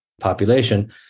population